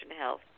health